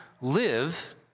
live